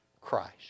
Christ